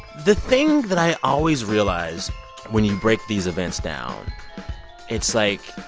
the thing that i always realize when you break these events down it's like,